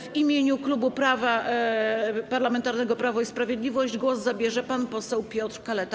W imieniu Klubu Parlamentarnego Prawo i Sprawiedliwość głos zabierze pan poseł Piotr Kaleta.